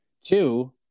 Two